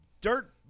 dirt